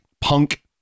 punk